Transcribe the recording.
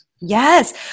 Yes